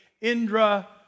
Indra